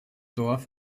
dorf